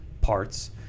parts